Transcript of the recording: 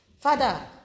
Father